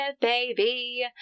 baby